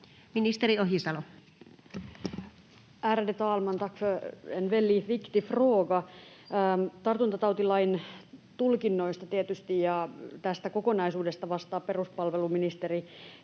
viktig fråga. Tartuntatautilain tulkinnoista ja tästä kokonaisuudesta tietysti vastaa peruspalveluministeri